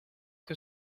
que